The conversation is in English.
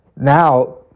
now